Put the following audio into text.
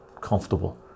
comfortable